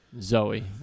Zoe